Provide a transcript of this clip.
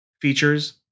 features